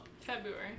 February